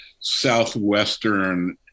southwestern